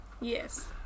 Yes